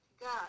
God